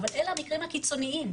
אבל אלה המקרים הקיצוניים,